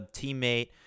teammate